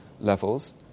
levels